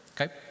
okay